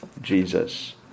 Jesus